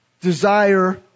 desire